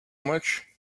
much